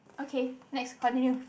okay next continue